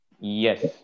Yes